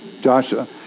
Joshua